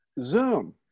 zoom